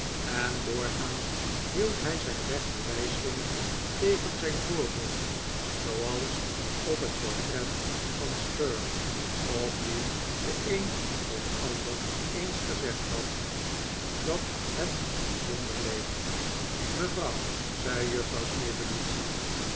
en doorgaans hield hij zijn rechterwijsvinger tegen zijn voorhoofd zooals op het portret van sterne op wien de een of ander eens gezegd had dat hij bij zonder leek mevrouw zei juffrouw